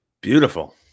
beautiful